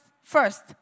first